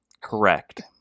Correct